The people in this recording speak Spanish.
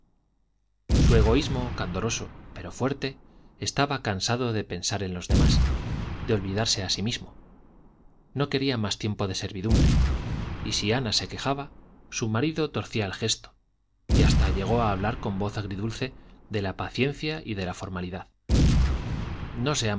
su egoísmo candoroso pero fuerte estaba cansado de pensar en los demás de olvidarse a sí mismo no quería más tiempo de servidumbre y si ana se quejaba su marido torcía el gesto y hasta llegó a hablar con voz agridulce de la paciencia y de la formalidad no